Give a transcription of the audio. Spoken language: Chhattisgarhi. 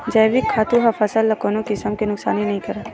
जइविक खातू ह फसल ल कोनो किसम के नुकसानी नइ करय